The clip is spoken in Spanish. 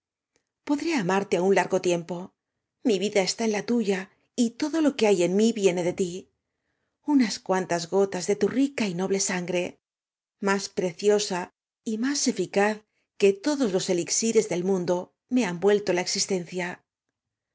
podré amarte aún largo tiempo mi vida está en la tuya y to do lo que hay en m í viene de ti uoas cuantas gotas de tu rica y noble sangre más preciosa y más edcaz que todos los euxires del mundo me han vuelto la existencia